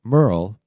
Merle